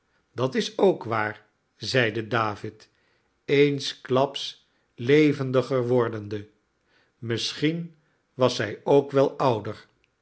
dat is ook waar zeide david eensklaps levendiger wordende misschien was zij ook wel ouder